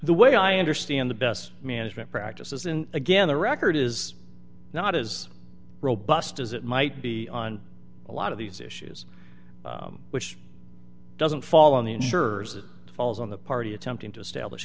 the way i understand the best management practices in again the record is not as robust as it might be on a lot of these issues which doesn't fall on the insurers it falls on the party attempting to establish